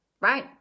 right